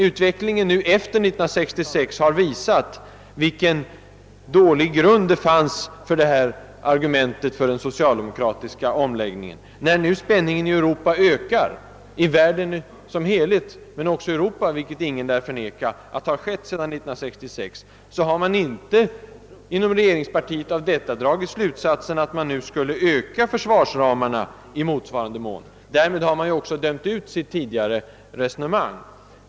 Utvecklingen efter år 1966 har visat vilken dålig grund det fanns för detta argument för den socialdemokratiska omläggningen. När nu spänningen stigit i världen som helhet, också i Europa, vilket ingen lär förneka, har man inte inom regeringspartiet av detta dragit slutsatsen att man nu borde öka försvarsramarna i motsvarande mån. Därmed har man också dömt ut sitt tidigare resonemang.